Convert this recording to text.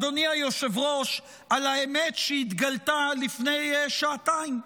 אדוני היושב-ראש, על האמת שהתגלתה לפני שעתיים.